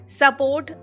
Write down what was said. support